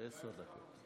זה עשר דקות.